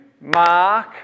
Mark